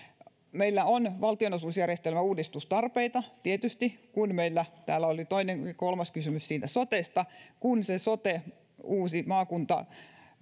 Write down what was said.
meillä on valtionosuusjärjestelmän uudistustarpeita tietysti meillä täällä oli toinen ja kolmaskin kysymys sotesta ja kun se sote uusi maakunta